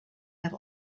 have